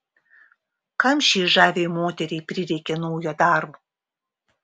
kam šiai žaviai moteriai prireikė naujo darbo